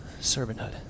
servanthood